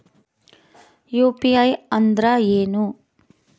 UPI ಅಂದ್ರೆ ಏನು?